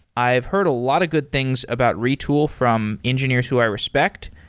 i've heard a lot of good things about retool from engineers who i respect.